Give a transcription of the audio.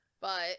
But-